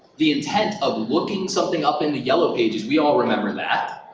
the intent of looking something up in the yellow pages, we all remember that.